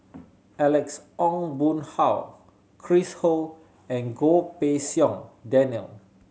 Alex Ong Boon Hau Chris Ho and Goh Pei Siong Daniel